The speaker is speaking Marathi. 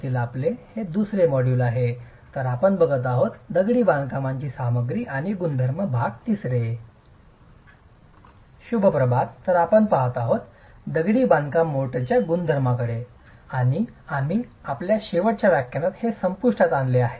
आणि आम्ही दगडी बांधकाम मोर्टारच्या गुणधर्मांकडे पहात आहोत आणि आम्ही आपल्या शेवटच्या व्याख्यानात हे संपुष्टात आणले आहे